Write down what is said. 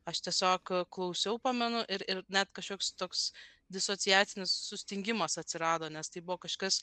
aš tiesiog klausiau pamenu ir ir net kažkoks toks disociacinis sustingimas atsirado nes tai buvo kažkas